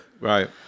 Right